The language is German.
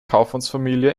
kaufmannsfamilie